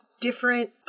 different